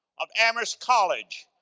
of amherst college,